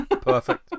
Perfect